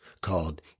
called